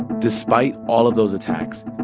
despite all of those attacks,